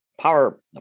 power